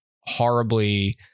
horribly